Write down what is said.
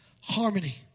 harmony